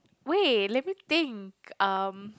wait let me think um